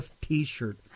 T-shirt